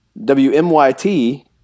WMYT